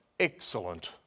excellent